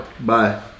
bye